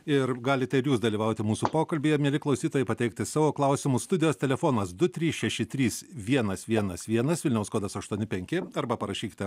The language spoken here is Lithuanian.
ir galite ir jūs dalyvauti mūsų pokalbyje mieli klausytojai pateikti savo klausimus studijos telefonas du trys šeši trys vienas vienas vienas vilniaus kodas aštuoni penki arba parašykite